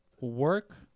work